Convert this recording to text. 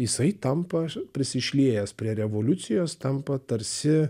jisai tampa prisišliejęs prie revoliucijos tampa tarsi